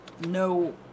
No